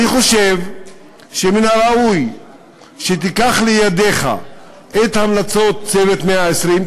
אני חושב שמן הראוי שתיקח לידיך את המלצות "צוות 120 הימים",